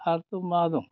आरोथ' मा दं